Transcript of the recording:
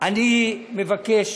אני מבקש